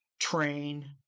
Train